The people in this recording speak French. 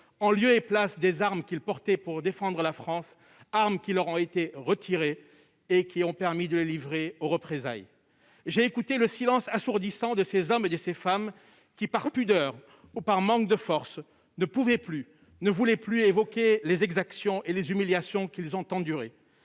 en lieu et place des armes qui leur servaient à défendre la France et qui leur ont été retirées, de sorte qu'ils ont été livrés aux représailles. J'ai écouté le silence assourdissant de ces hommes et de ces femmes qui, par pudeur ou par épuisement, ne pouvaient ou ne voulaient plus évoquer les exactions et les humiliations endurées.